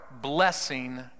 blessing